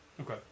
Okay